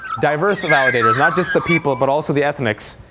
diverse invalidators, not just the people, but also the ethnics.